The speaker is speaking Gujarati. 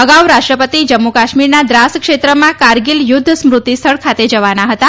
અગાઉ રાષ્ટ્રપતિ જમ્મુ કાશ્મીરના દ્રાસ ક્ષેત્રમાં કારગીલ યુદ્ધ સ્મૃતિ સ્થળ ખાતે જવાના હતા